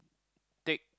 take